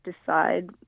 decide